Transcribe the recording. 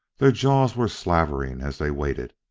their jaws were slavering as they waited.